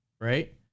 right